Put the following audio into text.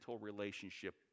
relationship